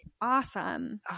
awesome